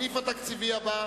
הסעיף התקציבי הבא